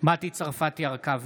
מטי צרפתי הרכבי,